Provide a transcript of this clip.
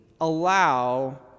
allow